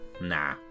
Nah